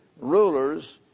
Rulers